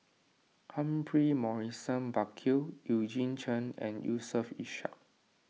Humphrey Morrison Burkill Eugene Chen and Yusof Ishak